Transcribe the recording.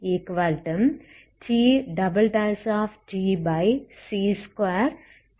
என்று கிடைக்கிறது